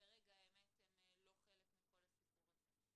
ברגע האמת הם לא חלק מכל הסיפור הזה.